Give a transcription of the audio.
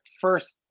first